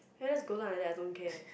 I just go down already I don't care